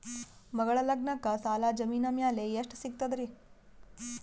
ಮಗಳ ಲಗ್ನಕ್ಕ ಸಾಲ ಜಮೀನ ಮ್ಯಾಲ ಎಷ್ಟ ಸಿಗ್ತದ್ರಿ?